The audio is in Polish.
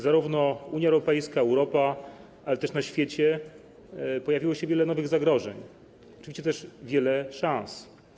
Zarówno w Unii Europejskiej, Europie, jak również na świecie pojawiło się wiele nowych zagrożeń, oczywiście też wiele szans.